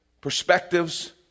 perspectives